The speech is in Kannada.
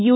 ಯು